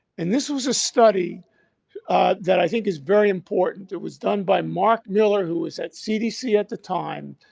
and this was a study that i think is very important. it was done by mark miller who was at cdc at the time,